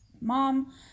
mom